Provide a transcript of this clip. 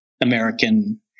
American